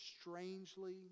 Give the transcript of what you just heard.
strangely